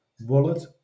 wallet